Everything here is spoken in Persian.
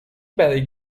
برای